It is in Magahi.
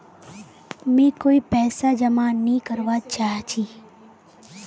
मी कोय पैसा जमा नि करवा चाहची